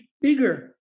bigger